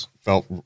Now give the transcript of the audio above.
felt